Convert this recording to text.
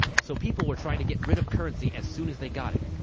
so people were trying to get rid of currency as soon as they got it.